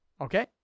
Okay